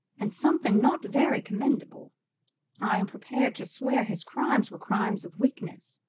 and something not very commendable i am prepared to swear his crimes were crimes of weakness,